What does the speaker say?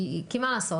כי מה לעשות